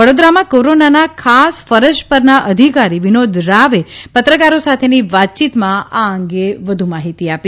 વડોદરામાં કોરોનાના ખાસ ફરજ પરના અધિકારી વિનોદ રાવે પત્રકારો સાથેની વાતચીતમાં આ અંગે વધુ માહિતી આપી